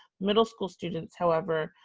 middle school students, however,